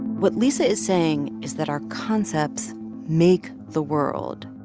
what lisa is saying is that our concepts make the world.